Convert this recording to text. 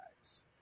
guys